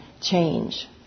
change